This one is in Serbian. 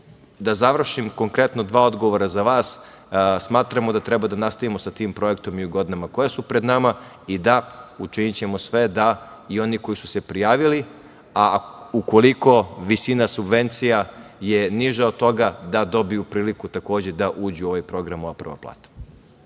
završim, konkretno dva odgovora za vas. Smatramo da treba da nastavimo sa tim projektom i u godinama koje su pred nama i da, učinićemo sve da i oni koji su se prijavili, a ukoliko visina subvencija je niža od toga, da dobiju priliku takođe da uđu u ovaj program „Moja prva plata“.